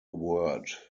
word